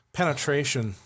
penetration